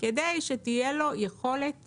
כדי שתהיה לו יכולת